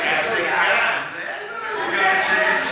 חוק ומשפט להכנה לקריאה ראשונה.